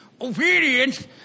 Obedience